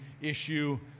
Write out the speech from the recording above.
issue